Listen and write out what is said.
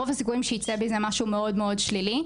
רוב הסיכויים שייצא מזה משהו מאוד מאוד שלילי.